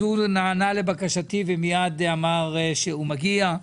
אז הוא נענה לבקשתי ומיד אמר שהוא מגיע.